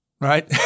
right